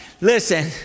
listen